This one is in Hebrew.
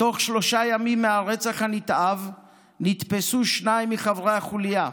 בתוך שלושה ימים מהרצח הנתעב נתפסו שניים מחברי החוליה,